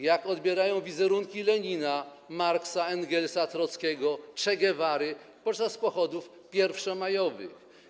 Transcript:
Jak odbierają wizerunki Lenina, Marksa, Engelsa, Trockiego, Che Guevary podczas pochodów pierwszomajowych?